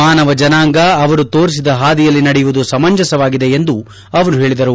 ಮಾನವ ಜನಾಂಗ ಅವರು ತೋರಿಸಿದ ಪಾದಿಯಲ್ಲಿ ನಡೆಯುವುದು ಸಮಂಜಸವಾಗಿದೆ ಎಂದು ಅವರು ಹೇಳಿದರು